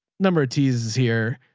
number of teases here.